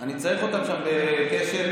אני צריך שהם יהיו בקשב.